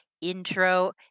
intro